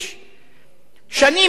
שנים בלי חיבור לחשמל.